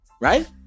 Right